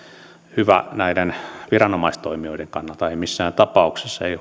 hyvä näiden viranomaistoimijoiden kannalta ei missään tapauksessa ei